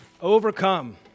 Overcome